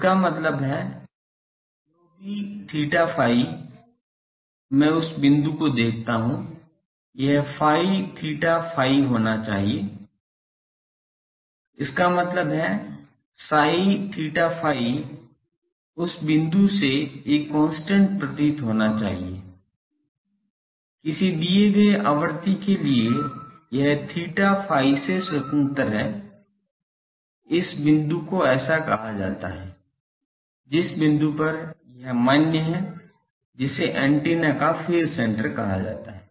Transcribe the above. इसका मतलब है जो भी theta phi मैं उस बिंदु को देखता हूं यह psi theta phi ऐसा है इसका मतलब है psi theta phi उस बिंदु से एक कांस्टेंट प्रतीत होना चाहिए किसी दिए गए आवृत्ति के लिए यह theta phi से स्वतंत्र है इस बिंदु को ऐसा कहा जाता है जिस बिंदु पर यह मान्य है जिसे एंटीना का फेज सेण्टर कहा जाता है